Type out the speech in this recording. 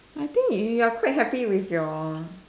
I think you you're quite happy with your